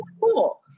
cool